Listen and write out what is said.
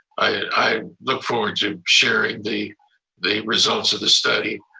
i look forward to sharing the the results of the study.